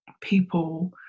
people